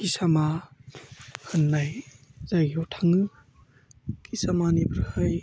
इसामा होननाय जायगायाव थाङो इसामानिफ्राय